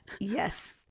yes